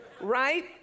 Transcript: Right